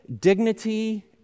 dignity